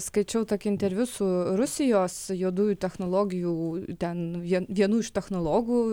skaičiau tokį interviu su rusijos juodųjų technologijų ten vien vienu iš technologų